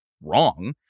wrong